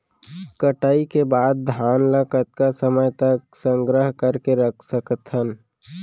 कटाई के बाद धान ला कतका समय तक संग्रह करके रख सकथन?